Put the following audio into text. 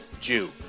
Jew